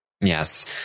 Yes